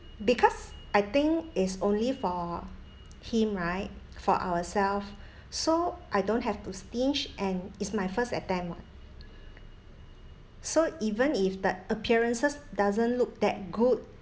because I think is only for him right for ourselves so I don't have to stinge and it's my first attempt [what] so even if the appearances doesn't look that good